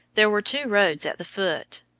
there were two roads at the foot,